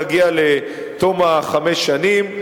נגיע לתום חמש השנים.